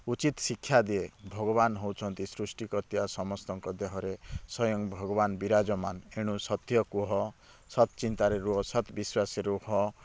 ଉଚିତ୍ ଶିକ୍ଷା ଦିଏ ଭଗବାନ ହେଉଛନ୍ତି ସୃଷ୍ଟି କରିଥିବା ସମସ୍ତଙ୍କ ଦେହରେ ସ୍ୱୟଂ ଭଗବାନ ବିରାଜମାନ ଏଣୁ ସତ୍ୟ କୁହ ସତ୍ ଚିନ୍ତାରେ ରୁହ ସତ୍ ବିଶ୍ୱାସୀ ରୁହ